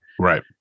right